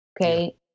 Okay